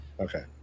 okay